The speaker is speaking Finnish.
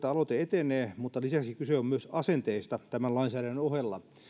aloite etenee mutta lisäksi kyse on asenteista tämän lainsäädännön ohella